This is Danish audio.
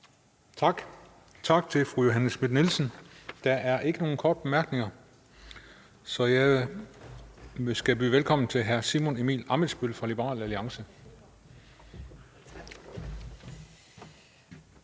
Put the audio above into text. Tak til fru Johanne Schmidt-Nielsen. Der er ikke nogen korte bemærkninger, så jeg skal byde velkommen til hr. Simon Emil Ammitzbøll for Liberal Alliance.